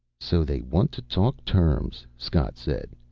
so they want to talk terms, scott said.